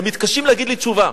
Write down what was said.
הם מתקשים להגיד לי תשובה.